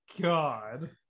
god